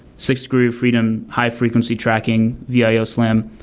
six degree of freedom, high-frequency tracking, vio, slam.